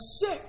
sick